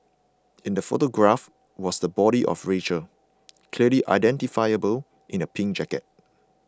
in the photograph was the body of Rachel clearly identifiable in a pink jacket